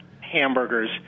hamburgers